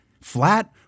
flat